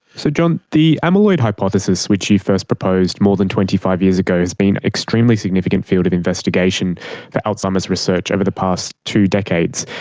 so john, the amyloid hypothesis which you first proposed more than twenty five years ago has been an extremely significant field of investigation for alzheimer's research over the past two decades.